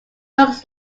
looks